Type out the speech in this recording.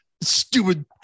stupid